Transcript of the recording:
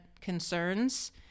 concerns